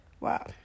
wow